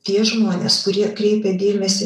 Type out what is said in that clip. tie žmonės kurie kreipia dėmesį